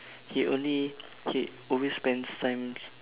he only he always spends time